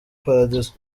paradizo